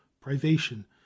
privation